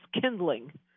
kindling